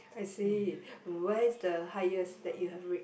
I see where is the highest that you have reached